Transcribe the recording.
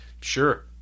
Sure